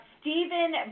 Stephen